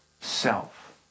self